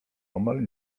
omal